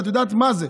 ואת יודעת מה זה.